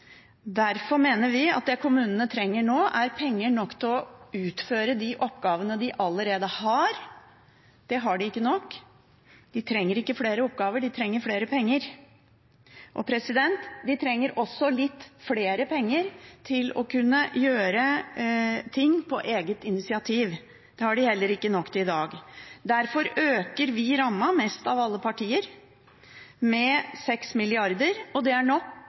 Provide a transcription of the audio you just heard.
Derfor mener vi at det kommunene trenger nå, er penger nok til å utføre de oppgavene de allerede har, for det har de ikke nok til. De trenger ikke flere oppgaver, de trenger mer penger. De trenger også litt mer penger til å kunne gjøre ting på eget initiativ. Det har de heller ikke nok til i dag. Derfor øker vi rammen mest av alle partier, med 6 mrd. kr. Det er